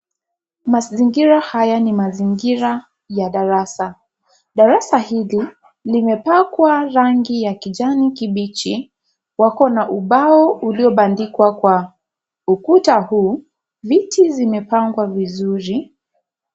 Mazingira haya ni mazingira ya darasa, darasa hili limepakwa rangi ya kijani kibichi wako na ubao ulio bandikwa kwa ukuta huu miti imepangwa vizuri.